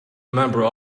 remember